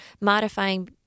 modifying